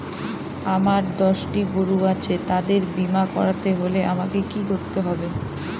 আমার দশটি গরু আছে তাদের বীমা করতে হলে আমাকে কি করতে হবে?